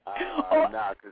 No